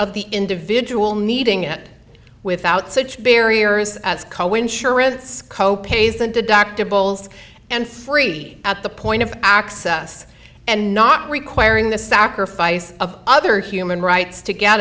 of the individual needing it without such barriers as co insurance co pays and deductibles and free at the point of access and not requiring the sacrifice of other human rights to get